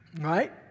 Right